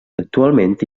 actualment